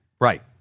Right